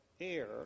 air